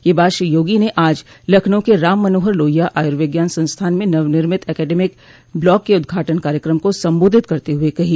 यह बात श्री योगी ने आज लखनऊ के राम मनोहर लोहिया आयूर्विज्ञान संस्थान में नवनिर्मित एकेडमिक ब्लाक के उद्घाटन कार्यक्रम को संबोधित करते हुए कही